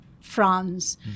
France